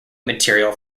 material